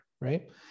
right